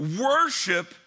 worship